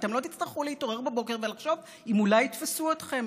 אתם לא תצטרכו להתעורר בבוקר ולחשוב אם אולי יתפסו אתכם.